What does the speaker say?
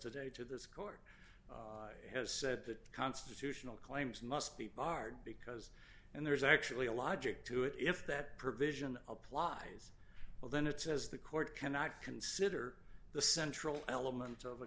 today to this court has said that constitutional claims must be barred because and there's actually a logic to it if that provision applies well then it says the court cannot consider the central element of